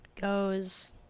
goes